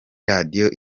radiyo